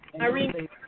Irene